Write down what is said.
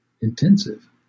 intensive